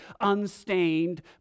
unstained